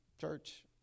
church